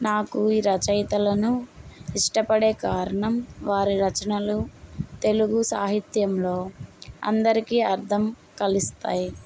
నాకు ఈ రచయితలను ఇష్టపడే కారణం వారి రచనలు తెలుగు సాహిత్యంలో అందరికీ అర్థం కలిస్తాయి